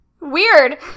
Weird